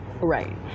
Right